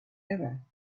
error